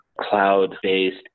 cloud-based